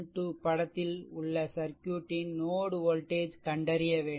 12 படத்தில் உள்ள சர்க்யூட்டின் நோட் வோல்டேஜ் கண்டறிய வேண்டும்